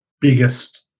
biggest